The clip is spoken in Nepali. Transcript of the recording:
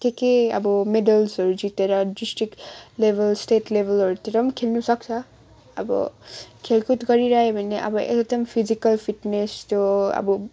के के अब मेडल्सहरू जितेर डिस्ट्रिक लेभल स्टेट लेभलहरूतिर पनि खेल्नु सक्छ अब खेलकुद गरिरह्यो भने अब एकदम फिजिकल फिट्नेस त्यो अब